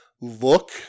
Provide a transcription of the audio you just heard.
look